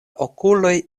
okuloj